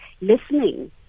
listening